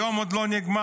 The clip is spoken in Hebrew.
היום עוד לא נגמר,